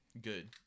Good